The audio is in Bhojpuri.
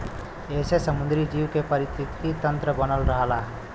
एसे समुंदरी जीव के पारिस्थितिकी तन्त्र बनल रहला